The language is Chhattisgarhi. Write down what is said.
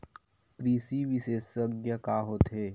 कृषि विशेषज्ञ का होथे?